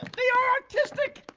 they are artistic.